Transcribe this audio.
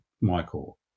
Michael